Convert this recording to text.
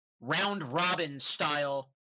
round-robin-style